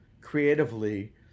creatively